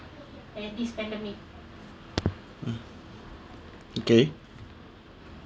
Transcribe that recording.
okay